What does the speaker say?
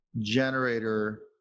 generator